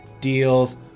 deals